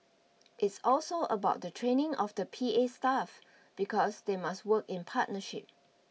it's also about the training of the P A staff because they must work in partnership